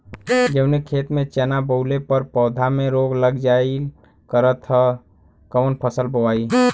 जवने खेत में चना बोअले पर पौधा में रोग लग जाईल करत ह त कवन फसल बोआई?